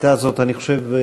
הייתה זאת, אני חושב,